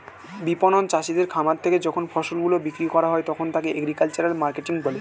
বিপণন চাষীদের খামার থেকে যখন ফসল গুলো বিক্রি করা হয় তখন তাকে এগ্রিকালচারাল মার্কেটিং বলে